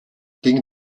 gegen